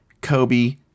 Kobe